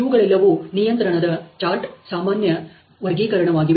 ಇವುಗಳೆಲ್ಲವೂ ನಿಯಂತ್ರಣದ ಚಾರ್ಟ್ ಸಾಮಾನ್ಯ ವರ್ಗೀಕರಣವಾಗಿವೆ